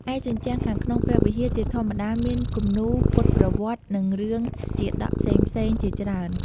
ឯជញ្ជាំងខាងក្នុងព្រះវិហារជាធម្មតាមានគំនូរពុទ្ធប្រវត្តិ និងរឿងជាតកផ្សេងៗជាច្រើន។